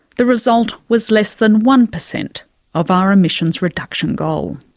the result was less than one percent of our emissions reduction goal.